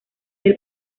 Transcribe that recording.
del